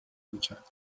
میکرد